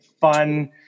Fun